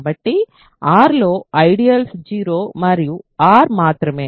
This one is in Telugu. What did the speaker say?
కాబట్టి R లో ఐడియల్స్ 0 మరియు R మాత్రమే